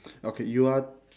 okay you are